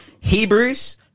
Hebrews